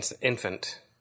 infant